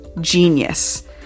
genius